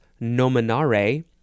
nominare